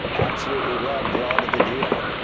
absolutely loved the art of the deal.